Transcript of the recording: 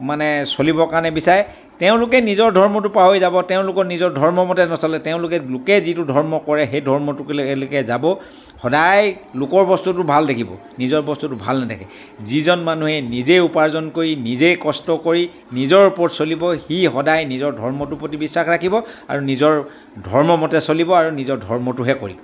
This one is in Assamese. মানে চলিবৰ কাৰণে বিচাৰে তেওঁলোকে নিজৰ ধৰ্মটো পাহৰি যাব তেওঁলোকৰ নিজৰ ধৰ্মমতে নচলে তেওঁলোকে লোকে যিটো ধৰ্ম কৰে সেই ধৰ্মটোলৈকে যাব সদায় লোকৰ বস্তুটো ভাল দেখিব নিজৰ বস্তুটো ভাল নেদেখে যিজন মানুহে নিজে উপাৰ্জন কৰি নিজেই কষ্ট কৰি নিজৰ ওপৰত চলিব সি সদায় নিজৰ ধৰ্মটোৰ প্ৰতি বিশ্বাস ৰাখিব আৰু নিজৰ ধৰ্মমতে চলিব আৰু নিজৰ ধৰ্মটোহে কৰিব